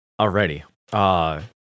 Alrighty